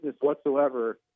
whatsoever